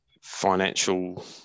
financial